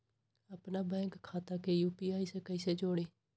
अपना बैंक खाता के यू.पी.आई से कईसे जोड़ी?